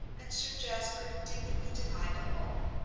and sir jasper indignantly denied them all.